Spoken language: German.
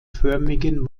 förmigen